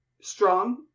strong